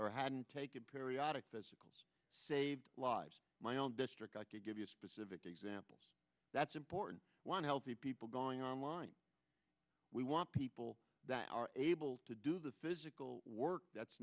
or hadn't taken periodic physical lives my own district i can give you specific examples that's important one healthy people going online we want people that are able to do the physical work that's